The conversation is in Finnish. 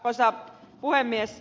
arvoisa puhemies